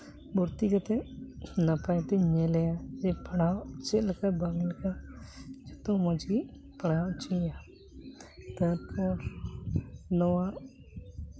ᱵᱷᱚᱨᱛᱤ ᱠᱟᱛᱮᱜ ᱱᱟᱯᱟᱭ ᱛᱤᱧ ᱧᱮᱞᱮᱭᱟ ᱡᱮ ᱯᱟᱲᱦᱟᱜ ᱪᱮᱫ ᱞᱮᱠᱟ ᱵᱷᱟᱜᱮ ᱞᱮᱠᱟ ᱡᱚᱛᱚ ᱢᱚᱡᱽ ᱜᱮ ᱯᱟᱲᱦᱟᱣ ᱦᱚᱪᱚᱭ ᱭᱟ ᱛᱟᱨᱯᱚᱨ ᱱᱚᱣᱟ